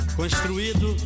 construído